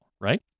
right